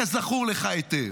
כזכור לך היטב,